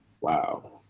Wow